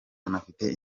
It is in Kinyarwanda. anafite